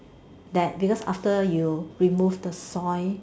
that because after you remove the soy